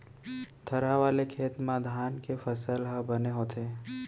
थरहा वाले खेत म धान के फसल ह बने होथे